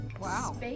wow